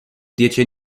diecie